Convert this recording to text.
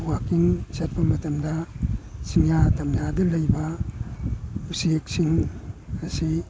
ꯋꯥꯛꯀꯤꯡ ꯆꯠꯄ ꯃꯇꯝꯗ ꯆꯤꯡꯌꯥ ꯇꯝꯌꯥꯗ ꯂꯩꯕ ꯎꯆꯦꯛꯁꯤꯡ ꯑꯁꯤ